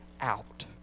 out